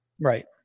Right